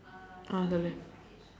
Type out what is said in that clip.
ah சொல்லு:sollu